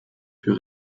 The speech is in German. für